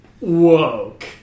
Woke